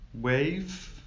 wave